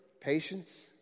patience